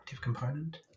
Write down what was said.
component